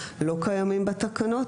לא קיימים בתקנות,